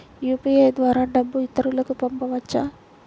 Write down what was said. UPI ద్వారా డబ్బు ఇతరులకు పంపవచ్చ?